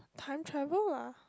time travel lah